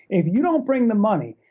if you don't bring the money,